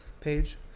page